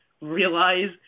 realize